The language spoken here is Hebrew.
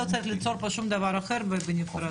לא צריך ליצור פה שום דבר אחר ובנפרד.